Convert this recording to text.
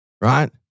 right